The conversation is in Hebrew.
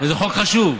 זה חוק חשוב.